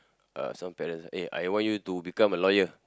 uh some parents eh I want you to become a lawyer